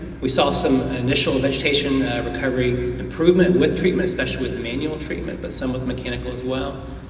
we saw some initial vegetation recovery improvement with treatment especially with manual treatment, but some with mechanical as well,